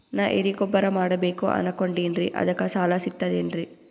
ನಾ ಎರಿಗೊಬ್ಬರ ಮಾಡಬೇಕು ಅನಕೊಂಡಿನ್ರಿ ಅದಕ ಸಾಲಾ ಸಿಗ್ತದೇನ್ರಿ?